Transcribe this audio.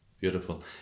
Beautiful